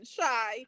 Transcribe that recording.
shy